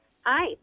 Hi